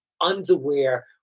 underwear